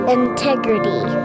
integrity